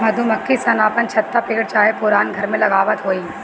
मधुमक्खी सन अपन छत्ता पेड़ चाहे पुरान घर में लगावत होई